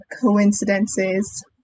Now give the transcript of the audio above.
coincidences